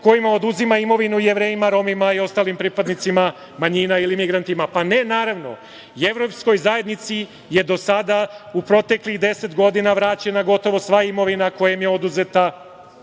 kojima oduzima imovinu Jevrejima, Romima i ostalim pripadnicima manjina ili migrantima? Pa ne, naravno. I Evropskoj zajednici je do sada, u proteklih deset godina vraćena gotova sva imovina koja im je oduzeta